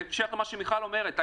בהקשר למה שמיכל אומרת,